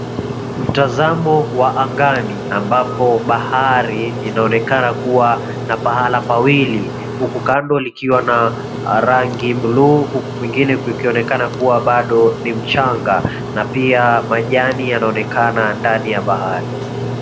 Mtazamo wa angani ambapo bahari inaonakena kuwa na pahala pawili huku kando kukiwa na rangi buluu huku kwingine kuonekana kuwa bado ni mchanga na pia majani yanaonekana ndani ya bahari.